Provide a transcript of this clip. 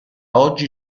oggi